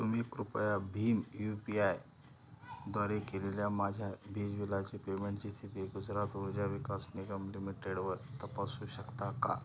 तुम्ही कृपया भीम यू पी आय द्वारे केलेल्या माझ्या वीज बिलाची पेमेंटची स्थिती गुजरात ऊर्जा विकास निगम लिमिटेडवर तपासू शकता का